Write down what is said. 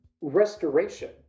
restoration